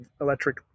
electric